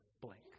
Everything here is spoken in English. blank